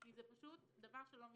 כי זה פשוט דבר שלא מתקבל.